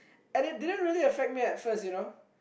and it didn't really affect me at first you know